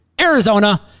Arizona